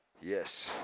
yes